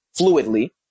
fluidly